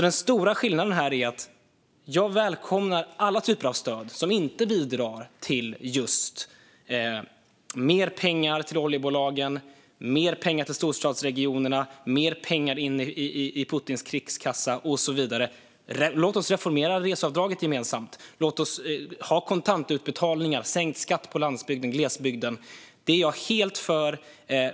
Den stora skillnaden här är alltså att jag välkomnar alla typer av stöd som inte bidrar till mer pengar till oljebolagen, till storstadsregionerna, till Putins krigskassa och så vidare. Låt oss reformera reseavdraget gemensamt, och låt oss ha kontantutbetalningar och sänkt skatt på landsbygden och i glesbygd. Detta är jag helt för.